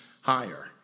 higher